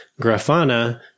Grafana